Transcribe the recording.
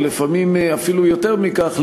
ולפעמים אפילו יותר מכך,